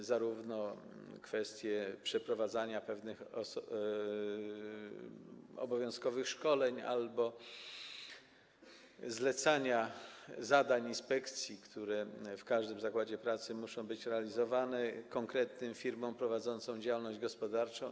Chodzi o kwestię zarówno przeprowadzania pewnych obowiązkowych szkoleń, jak i zlecania zadań inspekcji, które w każdym zakładzie pracy muszą być realizowane, konkretnym firmom prowadzącym działalność gospodarczą.